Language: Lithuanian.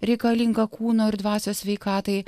reikalingą kūno ir dvasios sveikatai